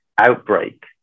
outbreak